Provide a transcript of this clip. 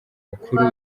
mukuru